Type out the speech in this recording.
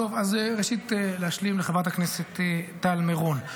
ראשית, להשלים לחברת הכנסת טל מירון.